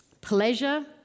pleasure